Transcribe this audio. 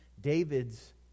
David's